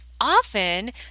often